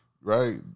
right